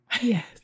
Yes